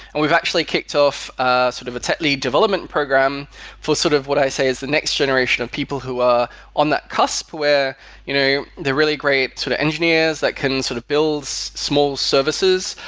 we've actually kicked off ah sort of a tech lead development program for sort of what i say is the next generation of people who are on that cusp where you know they're really great sort of engineers that can sort of build small services,